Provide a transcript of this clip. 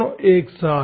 दोनों एक साथ